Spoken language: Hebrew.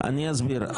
אני אסביר.